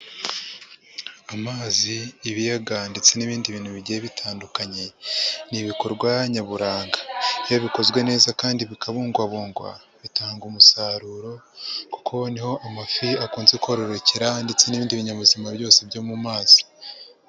Amazi, ibiyaga ndetse n'ibindi bintu bigiye bitandukanye, ni ibikorwa nyaburanga. Iyo bikozwe neza kandi bikabungwabungwa, bitanga umusaruro kuko niho amafi akunze kowororokera ndetse n'ibindi binyabuzima byose byo mu mazi.